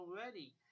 already